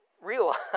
realize